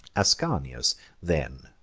ascanius then,